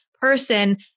person